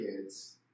kids